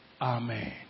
Amen